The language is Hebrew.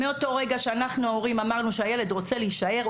מאותו רגע שאנחנו ההורים אמרנו שהילד רוצה להישאר,